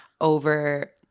over